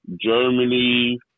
Germany